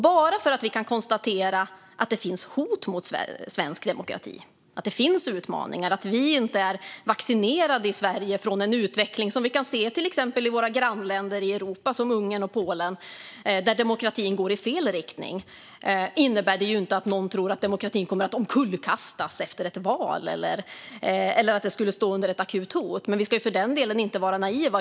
Bara för att vi kan konstatera att det finns hot mot svensk demokrati, att det finns utmaningar och att vi inte är vaccinerade i Sverige från en utveckling som vi kan se till exempel i våra grannländer i Europa som Ungern och Polen, där demokratin går i fel riktning, innebär inte det att någon tror att demokratin kommer att omkullkastas efter ett val eller att den skulle stå under ett akut hot. Men vi ska för den delen inte vara naiva.